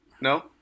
No